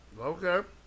Okay